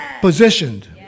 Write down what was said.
Positioned